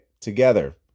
together